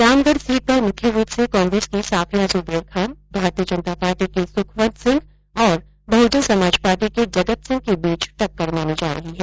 Ramgarh seat पर मुख्य रूप से कांग्रेस की साफिया जुबेर खान भारतीय जनता पार्टी के सुखवन्त सिंह और बहुजन समाज पार्टी के जगतसिंह के बीच टक्कर मानी जा रही है